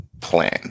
plan